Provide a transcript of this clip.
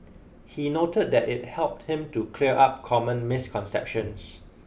he noted that it helped him to clear up common misconceptions